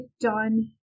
done